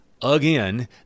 again